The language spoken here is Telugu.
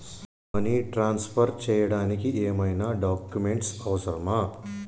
మనీ ట్రాన్స్ఫర్ చేయడానికి ఏమైనా డాక్యుమెంట్స్ అవసరమా?